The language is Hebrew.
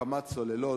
הקמת סוללות,